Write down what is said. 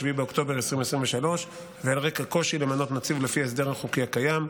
באוקטובר 2023 ועל רקע קושי למנות נציב לפי ההסדר החוקי הקיים.